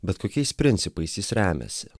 bet kokiais principais jis remiasi